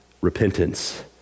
repentance